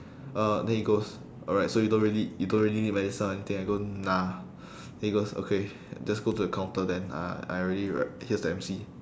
uh then he goes alright so you don't really you don't really need medicine or anything I go nah then he goes okay just go to the counter then uh I already wr~ here's the M_C